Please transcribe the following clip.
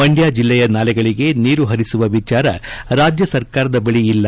ಮಂಡ್ಕ ಜಿಲ್ಲೆಯ ನಾಲೆಗಳಿಗೆ ನೀರು ಹರಿಸುವ ವಿಚಾರ ರಾಜ್ಯ ಸರ್ಕಾರದ ಬಳಿ ಇಲ್ಲ